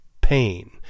pain